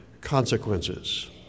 consequences